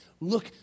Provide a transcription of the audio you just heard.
look